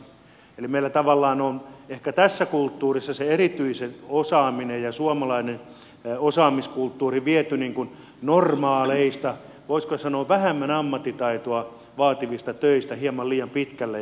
eli meillä tavallaan on ehkä tässä kulttuurissa se erityinen osaaminen ja suomalainen osaamiskulttuuri viety normaaleista voisiko sanoa vähemmän ammattitaitoa vaativista töistä hieman liian pitkälle